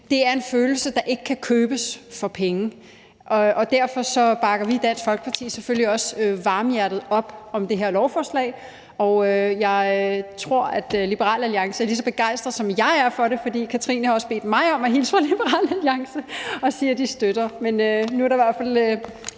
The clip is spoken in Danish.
giver en følelse, der ikke kan købes for penge. Derfor bakker vi i Dansk Folkeparti selvfølgelig også varmhjertet op om det her lovforslag, og jeg tror, at Liberal Alliance er lige så begejstret for det, som jeg er, for Katrine Daugaard har bedt mig om at hilse fra Liberal Alliance og sige, at de også støtter